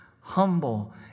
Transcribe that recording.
humble